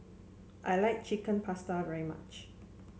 I like Chicken Pasta very much